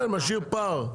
משאיר פער.